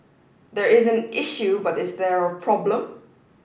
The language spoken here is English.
there is an issue but is there a problem